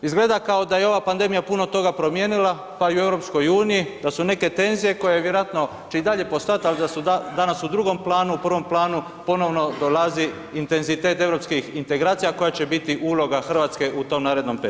Izgleda kao da je ova pandemija puno toga promijenila, pa i u EU da su neke tenzije koje vjerojatno će i dalje postojat, al da su danas u drugom planu, u prvom planu ponovno dolazi intenzitet europskih integracija koja će biti uloga RH u tom narodnom periodu?